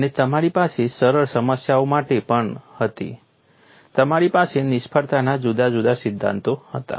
અને તમારી પાસે સરળ સમસ્યાઓ માટે પણ હતી તમારી પાસે નિષ્ફળતાના જુદા જુદા સિદ્ધાંતો હતા